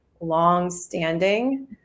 long-standing